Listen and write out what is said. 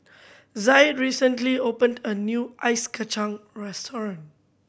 Zaid recently opened a new ice kacang restaurant